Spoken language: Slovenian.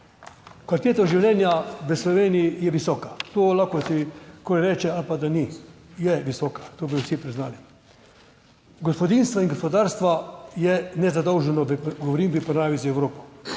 Kvaliteta življenja v Sloveniji je visoka, to lahko kaj reče ali pa da ni, je visoka, to bi vsi priznali. Gospodinjstva in gospodarstva je nezadolženo, govorim v primerjavi z Evropo,